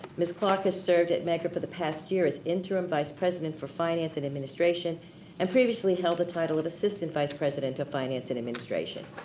ms. clarke has served at medgar for the past year as interim vice president for finance and administration and previously held the title of assistant vice president of finance and administration.